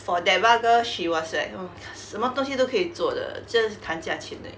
for deva girl she was like oh 她什么东西都可以做的 just 谈价钱而已